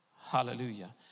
Hallelujah